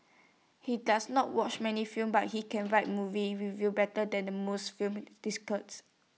he does not watch many films but he can write movie reviews better than the most film